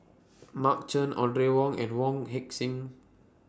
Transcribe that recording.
Mark Chan Audrey Wong and Wong Heck Sing